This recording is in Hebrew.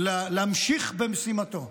להמשיך במשימתו,